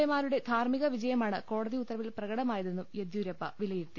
A മാരുടെ ധാർമ്മിക വിജയമാണ് കോടതി ഉത്തരവിൽ പ്രകടമായതെന്നും യെദ്യൂരപ്പ വിലയിരുത്തി